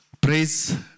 Praise